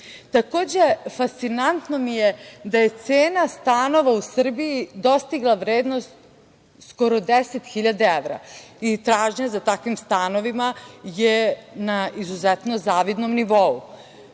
ne. Takođe fascinantno mi je da je cena stanova u Srbiji dostigla vrednost skoro 10.000 evra. Tražnja za takvim stanovima je na izuzetno zavidnom nivou.